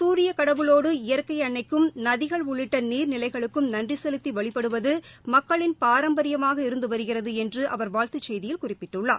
சூரிய கடவுளோடு இயற்கை அன்னைக்கும் நதிகள் உள்ளிட்ட நீர்நிலைகளுக்கும் நன்றி செலுத்தி வழிபடுவது மக்களின் பாரம்பரியமாக இருந்து வருகிறது என்று அவர் வாழ்த்துச் செய்தியில் குறிப்பிட்டுள்ளார்